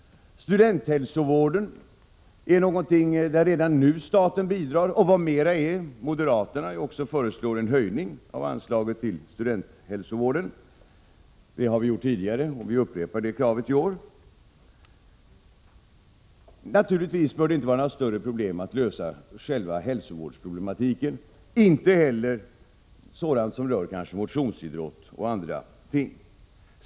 Studenthälsovården är ett område där staten redan nu bidrar, och vad mera är: moderaterna föreslår också en höjning av anslaget till studenthälsovården. Det har vi gjort tidigare, och vi upprepar detta krav i år. Naturligtvis bör det inte vara några större problem att lösa hälsovårdsproblematiken och inte heller några större problem med sådant som rör motionsidrott och liknande ting.